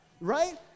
Right